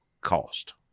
cost